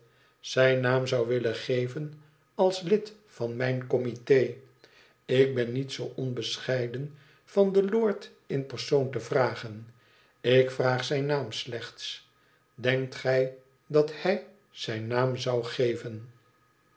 zijn naam zou willen geven als lid van mijn comité ik ben niet zoo onbescheiden van den lord in persoon te vragen ik vraag zijn naam slechts denkt gij dat hij zijn naam zou geven